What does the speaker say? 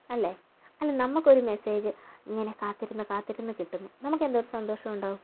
അല്ലേ അല്ലേ നമ്മുക്കൊരു മെസ്സേജ് ഇങ്ങനെ കാത്തിരുന്ന് കാത്തിരുന്ന് കിട്ടുമ്പോൾ നമുക്ക് എന്തോരം സന്തോഷം ഉണ്ടാവും